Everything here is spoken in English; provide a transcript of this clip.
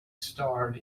starred